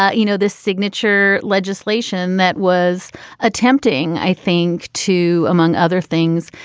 ah you know, this signature legislation that was attempting, i think, to, among other things,